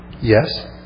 Yes